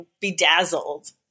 bedazzled